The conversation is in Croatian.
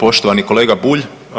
Poštovani kolega Bulj.